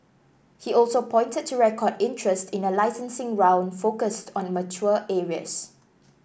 he also pointed to record interest in a licensing round focused on mature areas